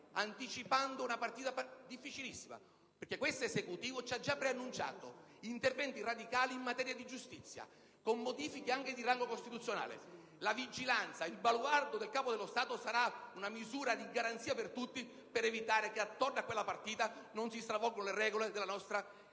anticipando un partita difficilissima, dato che questo Esecutivo ci ha già preannunciato interventi radicali in materia di giustizia, con modifiche anche di rango costituzionale. La vigilanza, il baluardo del Capo dello Stato, sarà una misura di garanzia per tutti, per evitare che attorno a quella partita vengano stravolte le regole alla nostra